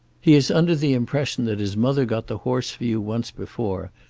he is under the impression that his mother got the horse for you once before,